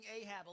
Ahab